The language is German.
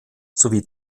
sowie